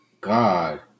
God